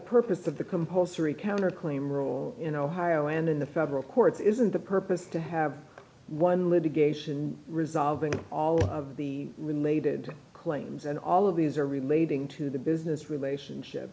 purpose of the compulsory counterclaim rule in ohio and in the federal courts isn't the purpose to have one litigation resolving all the related claims and all of these are relating to the business relationship